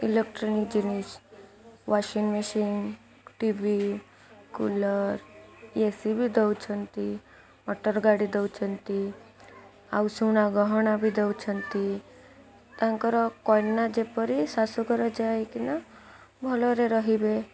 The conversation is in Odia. ଇଲେକ୍ଟ୍ରୋନିକ୍ ଜିନିଷ୍ washing machine TV cooler ଏସିବି ଦଉଛନ୍ତି ମଟର ଗାଡ଼ି ଦଉଛନ୍ତି ଆଉ ସୁନା ଗହଣା ବି ଦଉଛନ୍ତି ତାଙ୍କର କନ୍ୟା ଯେପରି ଶାଶୁଘର ଯାଏକିନା ଭଲରେ ରହିବେ